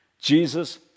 Jesus